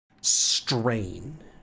strain